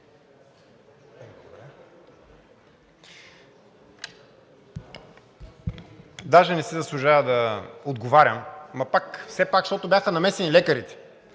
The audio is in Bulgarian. Даже не си заслужва да отговарям, но все пак, защото бяха намесени лекарите.